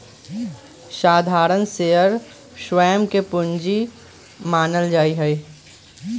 साधारण शेयर स्वयं के पूंजी मानल जा हई